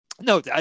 No